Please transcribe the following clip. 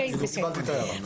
קיבלתי את ההערה.